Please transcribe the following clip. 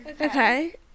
Okay